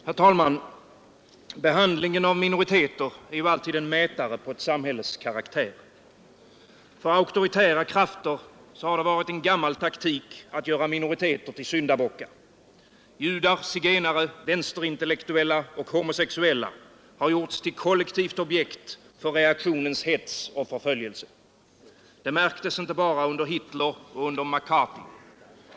Herr talman! Behandlingen av minoriteter är alltid en mätare på ett samhälles karaktär. För auktoritära krafter har det varit en gammal taktik att göra minoriteter till syndabockar. Judar, zigenare, vänsterintellektuella och homosexuella har gjorts till kollektivt objekt för reaktionens hets och förföljelse. Det märktes inte bara under Hitler och McCarthy.